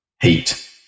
heat